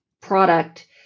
product